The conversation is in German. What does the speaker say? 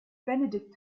benedikt